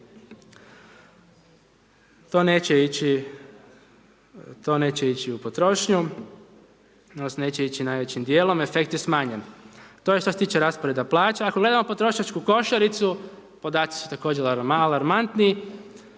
To neće ići u potrošnju, odnosno neće ići najvećim dijelom, efekt je smanjen. To je što se tiče rasporeda plaća, ako gledamo potrošačku košaricu, podaci su također alarmantni,